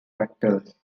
tractors